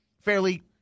fairly